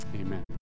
Amen